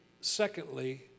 secondly